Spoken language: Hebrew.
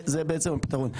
זה בעצם הפתרון.